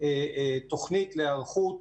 תוכנית להיערכות